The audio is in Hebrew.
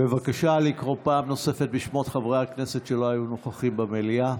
בבקשה לקרוא פעם נוספת בשמות חברי הכנסת שלא היו נוכחים במליאה.